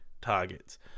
targets